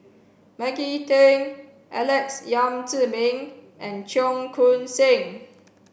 Maggie Teng Alex Yam Ziming and Cheong Koon Seng